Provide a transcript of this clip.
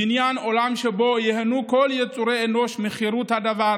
ובניין עולם שבו ייהנו כל יצורי אנוש מחירות הדיבור